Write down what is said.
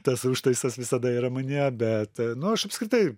tas užtaisas visada yra manyje bet nu aš apskritai